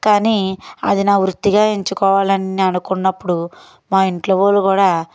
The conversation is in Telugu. కానీ అది నా వృత్తిగా ఎంచుకోవాలని నేను అనుకున్నప్పుడు మా ఇంట్లో వాళ్ళు కూడా